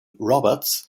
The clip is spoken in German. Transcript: roberts